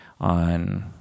on